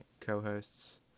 co-hosts